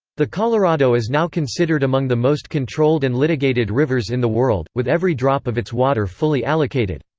the colorado is now considered among the most controlled and litigated rivers in the world, with every drop of its water fully allocated.